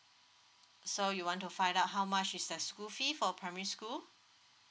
so you want to find out how much is the school fee for primary school